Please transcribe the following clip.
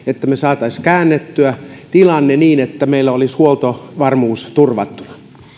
että me saisimme käännettyä tilanteen niin että meillä olisi huoltovarmuus turvattuna